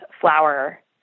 flower